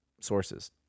sources